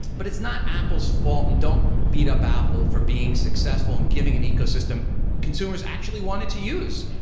but it's not apple's fault, and don't beat up apple for being successful in giving an ecosystem consumers actually wanted to use.